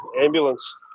ambulance